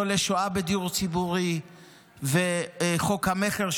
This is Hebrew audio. ניצולי שואה בדיור ציבורי וחוק המכר,